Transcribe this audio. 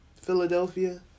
Philadelphia